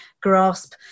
grasp